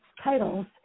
titles